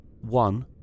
one